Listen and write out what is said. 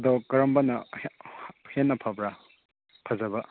ꯑꯗꯣ ꯀꯔꯝꯕꯅ ꯍꯦꯟꯅ ꯐꯕ꯭ꯔꯥ ꯐꯖꯕ